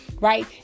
right